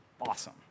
awesome